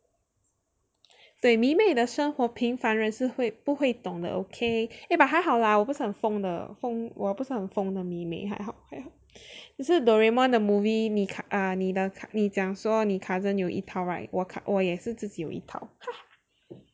对迷妹的生活平凡人是会不会懂得 okay eh but 还好 lah 我不是很疯的疯我不是很疯的迷妹还好还好只是 Doraemon the movie 你你讲说你 cousin 有一套 right 我我也是自己有一套